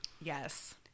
Yes